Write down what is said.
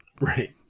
right